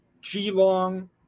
G-Long